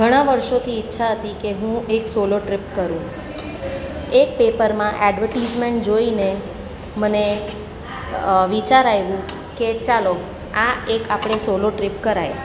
ઘણા વર્ષોથી ઈચ્છા હતી કે હું એક સોલો ટ્રીપ કરું એક પેપરમાં એડવર્ટિસમેન્ટ જોઈને મને વિચાર આવ્યો કે ચાલો આ એક આપણે સોલો ટ્રીપ કરાય